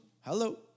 Hello